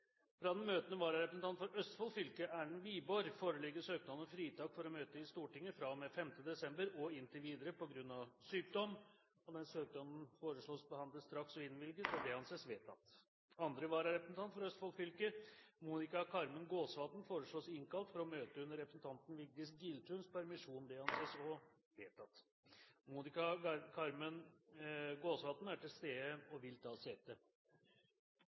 Fra den møtende vararepresentant for Østfold fylke, Erlend Wiborg, foreligger søknad om fritak for å møte i Stortinget fra og med 5. desember og inntil videre, på grunn av sykdom. Etter forslag fra presidenten ble enstemmig besluttet: Søknaden behandles straks og innvilges. Andre vararepresentant for Østfold fylke, Monica Carmen Gåsvatn, innkalles for å møte under representanten Vigdis Giltuns permisjon. Monica Carmen Gåsvatn er til stede og vil ta sete.